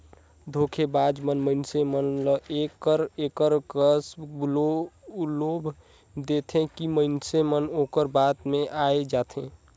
धोखेबाज मन मइनसे मन ल एकर एकर कस लोभ देथे कि मइनसे मन ओकर बात में आए जाथें